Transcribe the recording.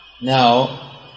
Now